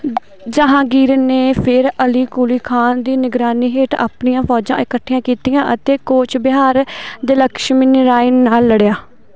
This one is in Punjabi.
ਜਹਾਂਗੀਰ ਨੇ ਫਿਰ ਅਲੀ ਕੁਲੀ ਖਾਨ ਦੀ ਨਿਗਰਾਨੀ ਹੇਠ ਆਪਣੀਆਂ ਫੌਜਾਂ ਇਕੱਠੀਆਂ ਕੀਤੀਆਂ ਅਤੇ ਕੋਚ ਬਿਹਾਰ ਦੇ ਲਕਸ਼ਮੀ ਨਾਰਾਇਣ ਨਾਲ ਲੜਿਆ